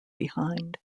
behind